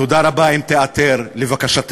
תודה רבה אם תיעתר לבקשתנו.